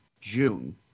June